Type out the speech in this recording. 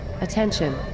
Attention